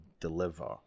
deliver